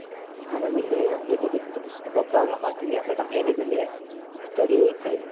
madam ಇಲ್ಲಿ ನಮ್ಗೆ education ತ ಸ್ವಲ್ಪ ತುಂಬ ಪ್ರಾಬ್ಲಮ್ ಆಗ್ತಿದೆ ಅಂದರೆ ನಮ್ಮ ಏರಿಯಾದಲ್ಲಿ ಸ್ಟಡಿ ಸರಿ